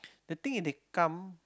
the thing is they come